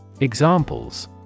Examples